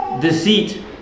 deceit